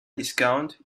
discount